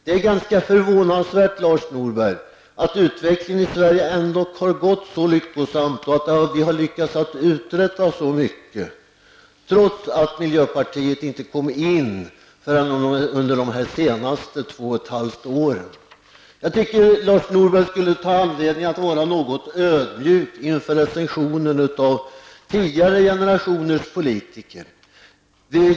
Det är förvånansvärt, Lars Norberg, att utvecklingen i Sverige ändå har gått så bra och att vi har lyckats uträtta så mycket, trots att miljöpartiet inte varit med förrän under de senaste två och ett halvt åren. Jag tycker att Lars Norberg skulle vara något ödmjuk när han recenserar tidigare generationers politiker.